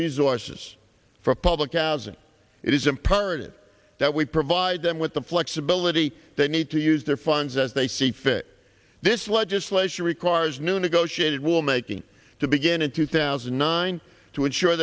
resources for public aus and it is imperative that we provide them with the flexibility they need to use their funds as they see fit this legislation requires new negotiated will making to begin in two thousand